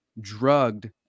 drugged